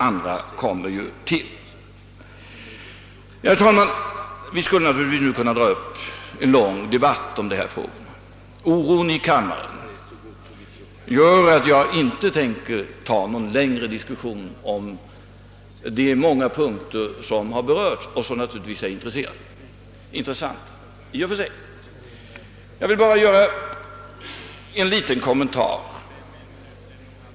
Andra kommer till. Herr talman! Vi skulle naturligtvis nu kunna föra en lång debatt. Oron i kammaren gör dock att jag inte avser att gå in på en längre diskussion om de många frågor som har berörts och som naturligtvis i och för sig är intressanta. Jag vill bara göra en liten kommentar.